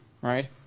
right